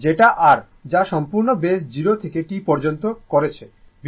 যেটা r যা সম্পূর্ণ বেস 0 থেকে T পর্যন্ত করেছে